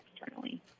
externally